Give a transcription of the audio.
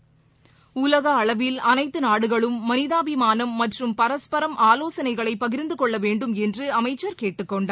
டலக அளவில் அனைத்து நாடுகளும் மனிதாபிமானம் மற்றும் பரஸ்பரம் ஆலோசனைகளை பகிர்ந்து கொள்ள வேண்டும் என்று அமைச்சர் கேட்டுக் கொண்டார்